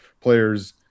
players